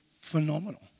phenomenal